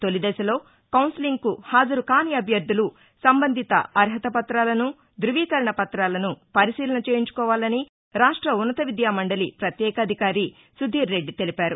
తాలిదశలో కౌన్సిలింగ్కు హాజరుకాని అభ్యర్దలు సంబంధిత అర్హత పుతాలను ధ్బవీకరణ పత్రాలను పరిశీలన చేయించుకోవాలని రాష్ట ఉన్నత విద్యా మండలి ప్రత్యేక అధికారి సుధీర్ రెడ్డి తెలిపారు